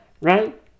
right